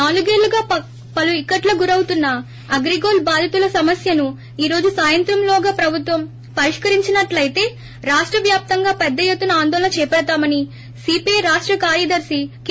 నాలుగేళ్లుగా పలు ఇక్కట్లకు గురవుతున్న అగ్రీగోల్డ్ బాధితుల సమస్యను ఈరోజు సాయంత్రంలోగా ప్రభుత్వం పరిష్కరించనట్లయితే రాష్ట వ్యాప్తంగా పెద్ద ఎత్తున ఆందోళన చేపడతామని సీపీఐ రాష్ట కార్యదర్శి కె